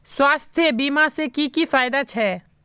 स्वास्थ्य बीमा से की की फायदा छे?